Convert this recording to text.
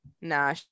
Nah